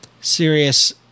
Serious